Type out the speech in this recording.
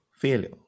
Failure